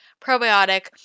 probiotic